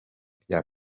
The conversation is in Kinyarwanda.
bya